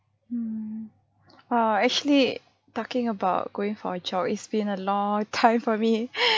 hmm err actually talking about going for a jog it's been a long time for me